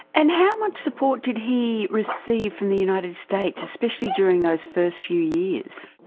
and how much support did he receive from the united states, especially during those first few years?